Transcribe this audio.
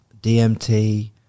DMT